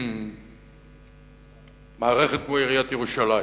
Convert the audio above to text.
אם מערכת כמו עיריית ירושלים